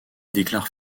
déclare